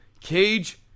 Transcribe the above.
cage